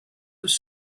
was